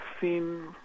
seen